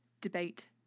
debate